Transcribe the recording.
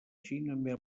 xina